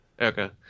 okay